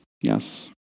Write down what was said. Yes